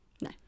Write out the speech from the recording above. No